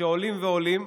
שעולים ועולים.